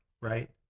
right